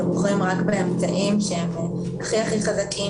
ובוחרים באמצעים שהם הכי חזקים,